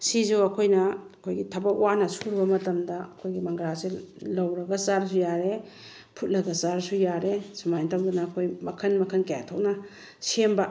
ꯁꯤꯁꯨ ꯑꯩꯈꯣꯏꯅ ꯑꯩꯈꯣꯏꯒꯤ ꯊꯕꯛ ꯋꯥꯅ ꯁꯨꯔꯨꯕ ꯃꯇꯝꯗ ꯑꯩꯈꯣꯏꯒꯤ ꯃꯪꯒ꯭ꯔꯥꯁꯦ ꯂꯧꯔꯒ ꯆꯥꯔꯁꯨ ꯌꯥꯔꯦ ꯐꯨꯠꯂꯒ ꯆꯥꯔꯁꯨ ꯌꯥꯔꯦ ꯁꯨꯃꯥꯏꯅ ꯇꯧꯗꯅ ꯑꯩꯈꯣꯏ ꯃꯈꯜ ꯃꯈꯜ ꯀꯌꯥ ꯊꯣꯛꯅ ꯁꯦꯝꯕ